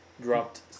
Dropped